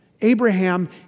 Abraham